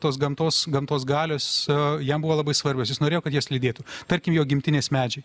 tos gamtos gamtos galios jam buvo labai svarbios jis norėjo kad jas lydėtų tarkim jo gimtinės medžiai